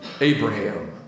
Abraham